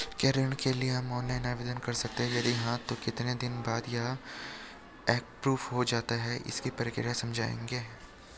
क्या ऋण के लिए हम ऑनलाइन आवेदन कर सकते हैं यदि हाँ तो कितने दिन बाद यह एप्रूव हो जाता है इसकी प्रक्रिया समझाइएगा?